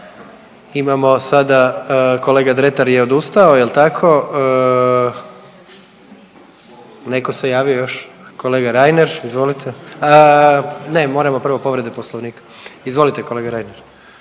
Imamo sada, kolega Dretar je odustao, je li tako? Netko se javio još. Kolega Reiner, izvolite. A, ne, moramo prvo povrede Poslovnika. Izvolite kolega Reiner.